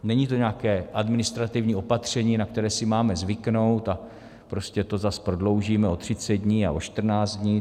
Není to nějaké administrativní opatření, na které si máme zvyknout, a prostě to zas prodloužíme o 30 dní a o 14 dní.